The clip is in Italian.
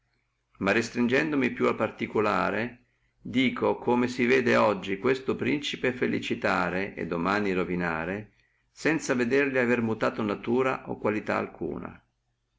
in universali ma restringendomi più a particulari dico come si vede oggi questo principe felicitare e domani ruinare sanza averli veduto mutare natura o qualità alcuna